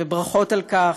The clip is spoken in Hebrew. וברכות על כך.